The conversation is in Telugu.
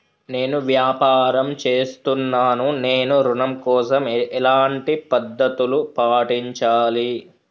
నేను వ్యాపారం చేస్తున్నాను నేను ఋణం కోసం ఎలాంటి పద్దతులు పాటించాలి?